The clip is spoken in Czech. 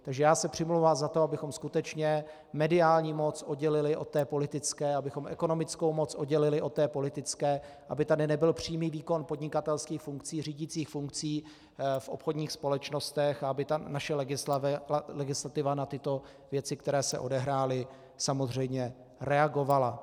Takže já se přimlouvám za to, abychom skutečně mediální moc oddělili od té politické, abychom ekonomickou moc oddělili od té politické, aby tady nebyl přímý výkon podnikatelských funkcí, řídicích funkcí v obchodních společnostech a aby naše legislativa na tyto věci, které se odehrály, samozřejmě reagovala.